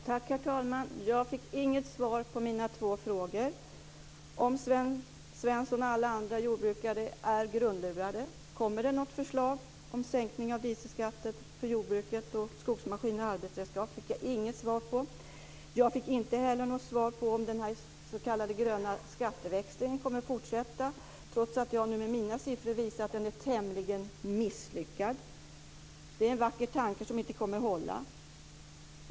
Herr talman! Jag fick inget svar på mina två frågor. Är Sven Svensson och alla andra jordbrukare grundlurade? Kommer det något förslag om en sänkning av dieselskatten för jordbruks och skogsmaskiner och arbetsredskap? Jag fick inget svar på det. Jag fick inte heller något svar på frågan om den s.k. gröna skatteväxlingen kommer att fortsätta, trots att jag med mina siffror visat att den är tämligen misslyckad. Det är en vacker tanke som inte kommer att hålla.